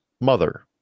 mother